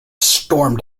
stormed